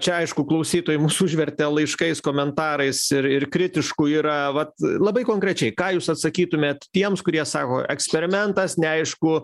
čia aišku klausytojai mus užvertė laiškais komentarais ir ir kritiškų yra vat labai konkrečiai ką jūs atsakytumėt tiems kurie savo eksperimentas neaišku